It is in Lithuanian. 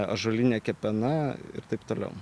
ąžuolinė kepena ir taip toliau